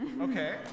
Okay